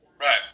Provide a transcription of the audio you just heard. Right